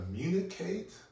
communicate